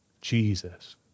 Jesus